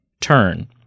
turn